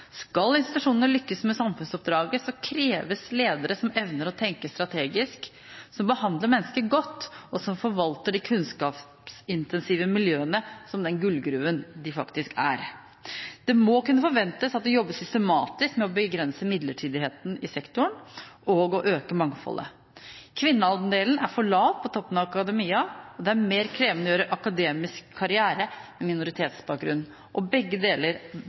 Skal institusjonene lykkes med samfunnsoppdraget, kreves ledere som evner å tenke strategisk, som behandler mennesker godt, og som forvalter de kunnskapsintensive miljøene som den gullgruven de faktisk er. Det må kunne forventes at det jobbes systematisk med å begrense midlertidigheten i sektoren og med å øke mangfoldet. Kvinneandelen er for lav på toppen av akademia, og det er mer krevende å gjøre akademisk karriere med minoritetsbakgrunn. Begge deler